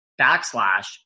backslash